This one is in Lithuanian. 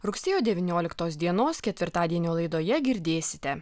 rugsėjo devynioliktos dienos ketvirtadienio laidoje girdėsite